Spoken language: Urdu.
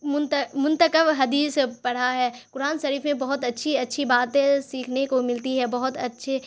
منتخب حدیث پڑھا ہے قرآن شریف میں بہت اچھی اچھی باتیں سیکھنے کو ملتی ہے بہت اچھے